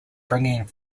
bringing